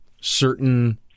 certain